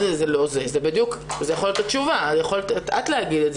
זו יכולה להיות התשובה, יכולת את להגיד את זה.